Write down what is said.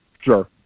sure